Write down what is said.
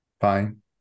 Fine